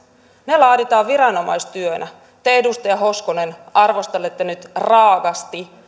ne laaditaan viranomaistyönä te edustaja hoskonen arvostelette nyt raaasti